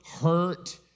hurt